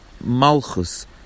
malchus